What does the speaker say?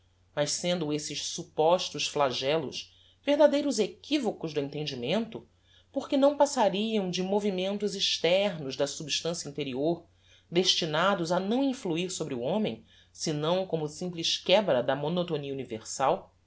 mas sendo esses suppostos flagellos verdadeiros equivocos do entendimento porque não passariam de movimentos externos da substancia interior destinados a não influir sobre o homem senão como simples quebra da monotonia universal